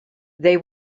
they